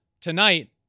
tonight